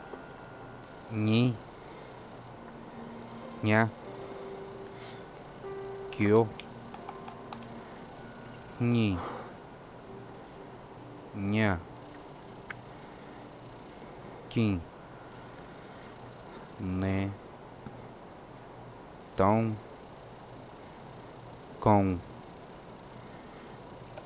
Ñínâ, jñánâ, kióâ, jñínã, ñánã, çínã, nenå, toúnâ, kounã.